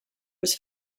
was